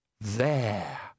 There